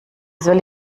soll